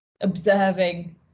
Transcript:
observing